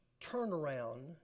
turnaround